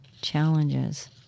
challenges